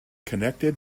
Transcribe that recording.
connected